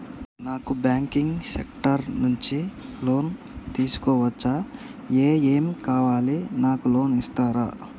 నాకు banking sector నుంచి loan తీసుకోవచ్చా? ఏమేం కావాలి? నాకు లోన్ ఇస్తారా?